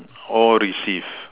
or received